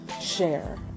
share